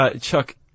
Chuck